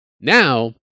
now